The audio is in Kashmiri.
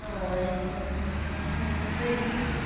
آ ییٚمہِ ساتہٕ سوٗزیو تَمہِ وِزِ مَگر نٔوِس فسٹس